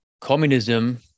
communism